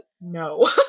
no